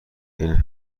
این